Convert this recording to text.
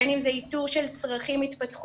בין אם זה איתור של צרכים התפתחותיים,